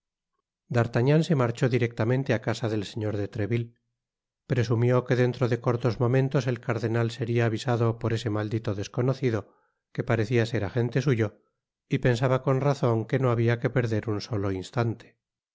d'artagnan se marchó directamente á casa del señor de treville presumió que dentro de cortos momentos el cardenal seria avisado por ese maldito desconocido que parecía ser agente suyo y pensaba con razon que no habia que perder un solo instante el